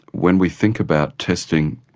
when we think about testing,